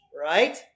Right